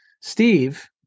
Steve